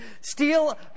steal